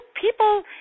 People